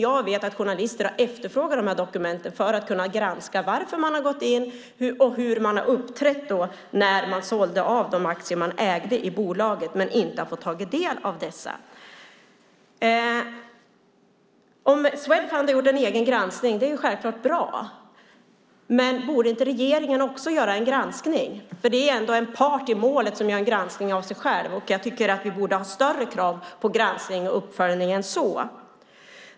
Jag vet att journalister har efterfrågat de här dokumenten för att kunna granska varför man har gått in och hur man har uppträtt när man sålde av de aktier man ägde i bolaget, men de har inte fått ta del av dem. Om Swedfund har gjort en egen granskning är det självklart bra. Men borde inte regeringen också göra en granskning? Det är ju ändå en part i målet som har gjort en granskning av sig själv. Jag tycker att vi borde ställa större krav på granskning och uppföljning än så.